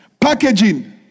Packaging